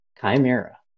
Chimera